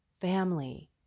family